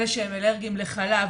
אלה שהם אלרגיים חלב,